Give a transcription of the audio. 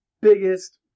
biggest